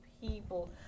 people